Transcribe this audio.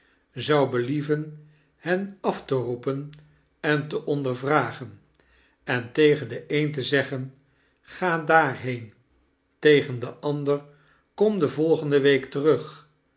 zou believen hen af te roepen en te ondervragen en tegen den een te zeggen ga daarheen tegen den ander kom de volgende week terug